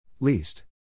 Least